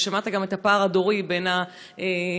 ושמעת את הפער הדורי בין המשתתפים,